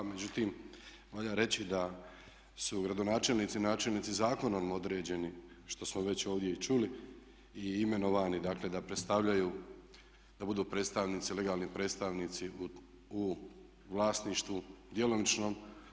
Međutim, valja reći da su gradonačelnici i načelnici zakonom određeni što smo već ovdje i čuli i imenovani dakle da predstavljaju, da budu predstavnici, legalni predstavnici u vlasništvu djelomičnom.